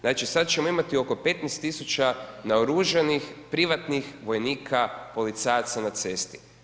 Znači sad ćemo imati oko 15 000 naoružanih, privatnih vojnika policajaca na cesti.